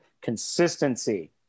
consistency